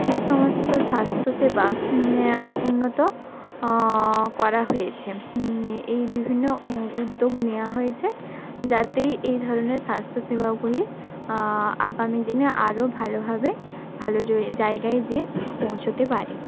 এই সমস্ত স্বাস্থ্যসেবা উন্নত করা হয়েছে এ এই বিভিন্ন উদ্যোগ নেওয়া হয়েছে যাতে এই ধরনের স্বাস্থ্যসেবাগুলি আগামী দিনে আরও ভালোভাবে ভালো জায়গায় যেয়ে পৌঁছতে পারে